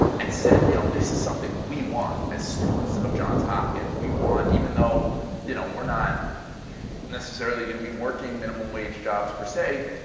and said, you know this is something we want as students of johns hopkins. we want, even though you know um we're not necessarily going to be working minimum wage jobs, per say,